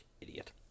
Idiot